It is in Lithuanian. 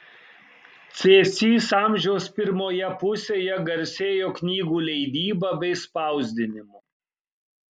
cėsys amžiaus pirmoje pusėje garsėjo knygų leidyba bei spausdinimu